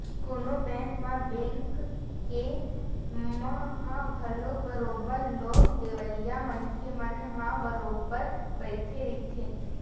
कोनो बेंक म बेंक के मन ह घलो बरोबर लोन देवइया मनखे मन ह बरोबर बइठे रहिथे